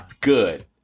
good